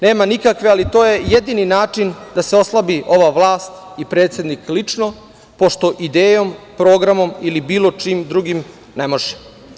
Nema nikakve, ali to je jedini način da se oslabi ova vlast i predsednik lično, pošto idejom, programom ili bilo čim drugim ne može.